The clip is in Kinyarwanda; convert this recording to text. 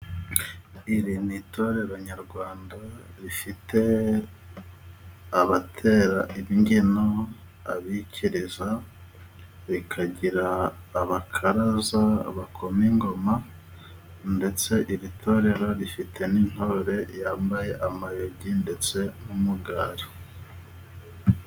Iri ni itorero nyarwanda rifite abatera imbyino, abikiriza, rikagira abakaraza bakoma ingoma, ndetse iri torero rifite n'intore yambaye amayugi ndetse n'umugara.